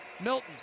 Milton